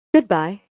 Goodbye